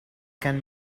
can